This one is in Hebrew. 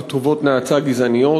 כתובות נאצה גזעניות.